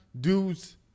dudes